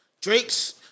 Drake's